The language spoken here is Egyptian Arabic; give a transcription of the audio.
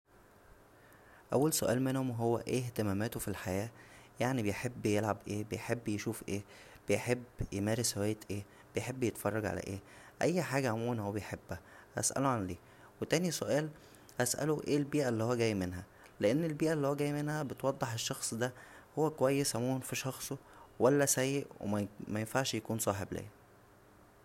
اول سؤال منهم هو ايه اهتماماته فالحياه يعنى بيحب يلعب ايه بيحب يشوف ايه بيحب يمارس هواية ايه بيحب يتفرج على ايه اى حاجه عموما هو بيحبها هساله عليها و تانى سؤال هساله ايه البيئه اللى هو جى منها لان البيئه اللى هو جى منها بتوضح الشخص دا كويس عموما فى شخصه ولا سىء وم-مينفعش يكون صاحب ليا